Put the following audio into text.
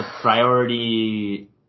priority